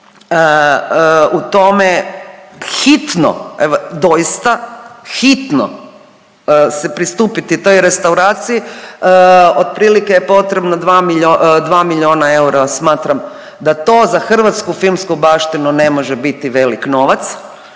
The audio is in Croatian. u tome hitno, doista hitno se pristupiti toj restauraciji. Otprilike je potrebno dva milijona eura. Smatram da to za hrvatsku filmsku baštinu ne može biti velik novac.